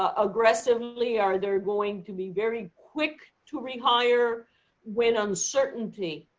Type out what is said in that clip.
ah aggressively? are they going to be very quick to rehire when uncertainty